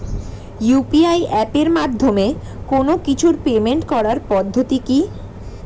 UPI এপের মাধ্যমে কোন কিছুর পেমেন্ট করার পদ্ধতি কি?